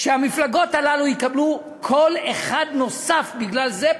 שהמפלגות הללו יקבלו קול אחד נוסף בגלל זה,